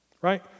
right